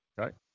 Okay